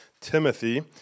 Timothy